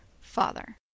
father